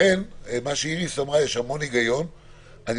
לכן יש המון היגיון במה שאיריס אמרה.